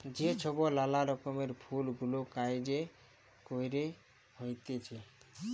যে ছব লালা রকমের ফুল গুলা গাহাছে ক্যইরে হ্যইতেছে